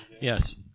Yes